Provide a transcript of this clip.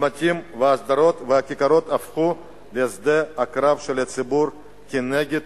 הצמתים והשדרות והכיכרות הפכו לשדה הקרב של הציבור כנגד